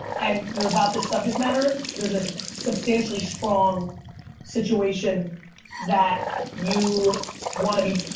and you're about the subject matter, there's a substantially strong situation that you wanna be,